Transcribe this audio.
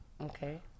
Okay